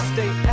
Stay